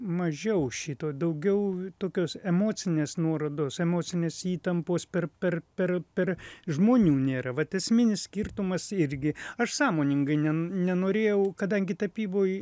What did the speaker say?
mažiau šito daugiau tokios emocinės nuorodos emocinės įtampos per per per per žmonių nėra vat esminis skirtumas irgi aš sąmoningai nen nenorėjau kadangi tapyboj